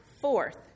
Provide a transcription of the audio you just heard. fourth